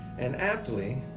and aptly,